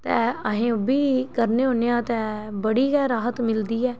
ते अहें ओह् बी करने होन्ने ऐ ते बड़ी गै राह्त मिलदी ऐ